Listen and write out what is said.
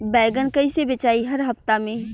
बैगन कईसे बेचाई हर हफ्ता में?